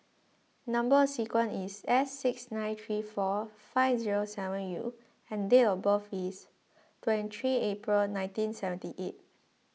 Number Sequence is S six nine three four five zero seven U and date of birth is twenty three April nineteen seventy eight